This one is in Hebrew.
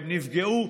הם נפגעו.